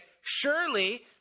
Surely